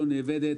לא נאבדת.